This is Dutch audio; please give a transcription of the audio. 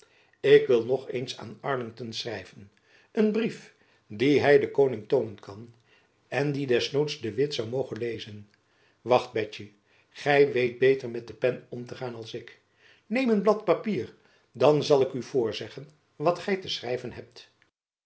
ik wil nog eens aan arlington schrijven een brief dien hy den koning toonen kan en dien des noods de witt zoû mogen lezen wacht betjen gy weet beter met de pen om te gaan dan ik neem een blad papier dan zal ik u voorzeggen wat gy te schrijven hebt